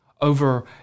over